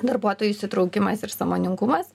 darbuotojų įsitraukimas ir sąmoningumas